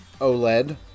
OLED